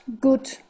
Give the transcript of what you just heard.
good